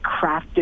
crafted